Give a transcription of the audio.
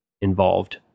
involved